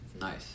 Nice